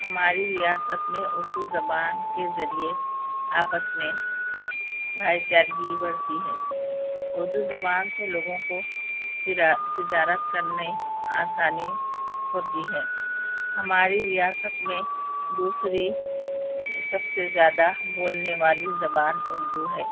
ہماری ریاست میں اردو زبان کے ذریعے آپس میں بھائی چارگی بڑھتی ہے اردو زبان سے لوگوں کو تجارت کرنے آسانی ہوتی ہے ہماری ریاست میں دوسری سب سے زیادہ بولنے والی زبان اردو ہے